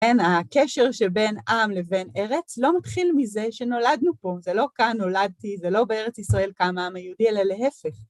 הקשר שבין עם לבין ארץ לא מתחיל מזה שנולדנו פה, זה לא כאן נולדתי, זה לא בארץ ישראל קם העם היהודי, אלא להפך.